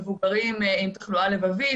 מבוגרים עם תחלואה לבבית,